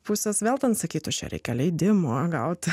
pusės vėl ten sakytų čia reikia leidimo gaut